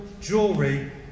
jewelry